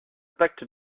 pacte